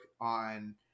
on